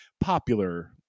popular